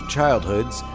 Childhoods